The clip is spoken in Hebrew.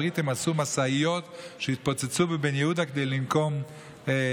הבריטים עשו משאיות שהתפוצצו בבן יהודה כדי לנקום ביהודים,